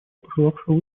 пожелавшего